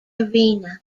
arena